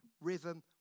rhythm